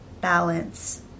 balance